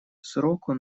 сроку